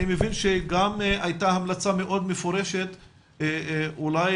אני מבין שגם הייתה המלצה מאוד מפורשת אולי